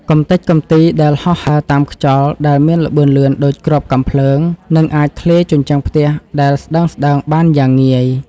កម្ទេចកំទីដែលហោះហើរតាមខ្យល់ដែលមានល្បឿនលឿនដូចគ្រាប់កាំភ្លើង និងអាចធ្លាយជញ្ជាំងផ្ទះដែលស្តើងៗបានយ៉ាងងាយ។